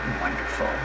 wonderful